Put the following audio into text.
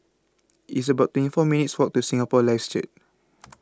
It's about twenty four minutes' Walk to Singapore Lives Church